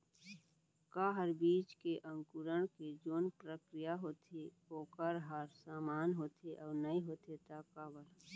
का हर बीज के अंकुरण के जोन प्रक्रिया होथे वोकर ह समान होथे, अऊ नहीं होथे ता काबर?